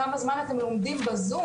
כמה זמן אתם לומדים בזום,